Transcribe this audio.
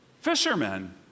Fishermen